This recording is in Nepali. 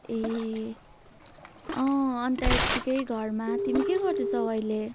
ए अँ अनि त यत्तिकै घरमा तिमी के गर्दैछौ अहिले